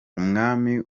umwami